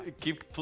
keep